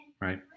right